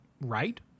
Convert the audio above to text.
right